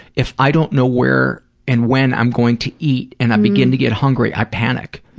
if i don't know where and when i'm going to eat and i begin to get hungry, i panic.